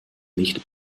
nicht